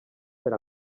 per